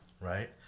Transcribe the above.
Right